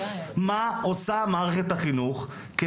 מה עושה מערכת החינוך,